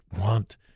want